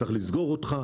צריך לסגור אותך.